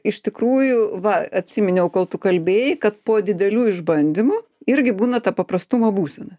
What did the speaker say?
iš tikrųjų va atsiminiau kol tu kalbėjai kad po didelių išbandymų irgi būna ta paprastumo būsena